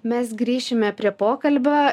mes grįšime prie pokalbio